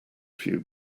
few